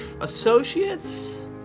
associates